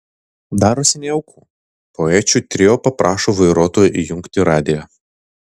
darosi nejauku poečių trio paprašo vairuotojo įjungti radiją